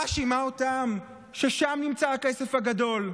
שמאשימה אותם ששם נמצא הכסף הגדול,